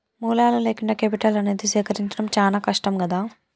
మూలాలు లేకుండా కేపిటల్ అనేది సేకరించడం చానా కష్టం గదా